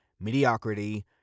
mediocrity